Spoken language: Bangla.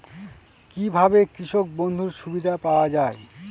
কি ভাবে কৃষক বন্ধুর সুবিধা পাওয়া য়ায়?